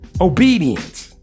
Obedience